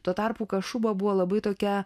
tuo tarpu kašuba buvo labai tokia